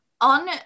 On